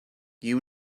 you